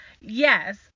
yes